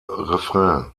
refrain